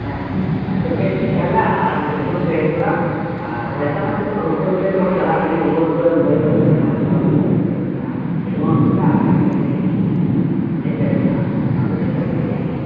ᱦᱮᱸ ᱯᱮᱠᱮᱴ ᱴᱷᱤᱠᱟᱞᱮ ᱟᱫᱚ ᱡᱚᱠᱷᱚᱱ ᱯᱮ ᱦᱤᱡᱩᱜᱼᱟ ᱟᱨ ᱯᱚᱭᱥᱟ ᱢᱟ ᱱᱤᱛᱚᱜᱢᱟ ᱜᱩᱜᱩᱞ ᱯᱮᱹ ᱛᱮᱦᱚᱸ ᱪᱟᱞᱟᱜ ᱠᱟᱱ ᱜᱮᱭᱟ ᱜᱩᱜᱩᱞ ᱯᱮᱹ ᱞᱟᱹᱭ ᱟᱞᱮᱯᱮ ᱞᱟᱦᱟ ᱨᱮ ᱴᱨᱟᱱᱥᱯᱷᱟᱨ ᱤᱭᱟᱹ ᱜᱟᱱᱚᱜᱼᱟ ᱮᱰᱵᱷᱟᱱᱥ ᱞᱮᱠᱟ ᱛᱟᱭᱚᱢᱛᱮ ᱵᱚᱨᱪᱚᱝ ᱦᱮᱡ ᱠᱟᱛᱮᱫ ᱦᱟᱸᱜ ᱚᱱᱟ ᱫᱚ ᱡᱚᱛᱚ ᱯᱮ ᱯᱮᱹᱢᱮᱹᱱᱴᱟ